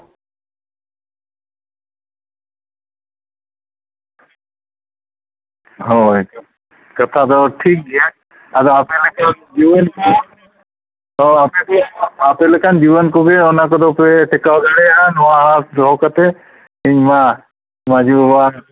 ᱦᱳᱭ ᱠᱟᱛᱷᱟ ᱫᱚ ᱴᱷᱤᱠ ᱜᱮᱭᱟ ᱟᱫᱚ ᱟᱯᱮ ᱞᱮᱠᱟᱱ ᱡᱩᱣᱟᱹᱱ ᱠᱚ ᱟᱯᱮ ᱞᱮᱠᱟᱱ ᱡᱩᱣᱟᱹᱱ ᱠᱚᱜᱮ ᱚᱱᱟ ᱠᱚᱫᱚ ᱯᱮ ᱴᱮᱠᱟᱣ ᱫᱟᱲᱮᱭᱟᱜᱼᱟ ᱱᱚᱣᱟ ᱟᱥ ᱫᱚᱦᱚ ᱠᱟᱛᱮ ᱤᱧ ᱢᱟ ᱢᱟᱹᱡᱷᱤ ᱵᱟᱵᱟ